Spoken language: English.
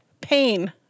pain